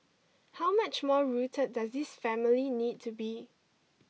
how much more rooted does this family need to be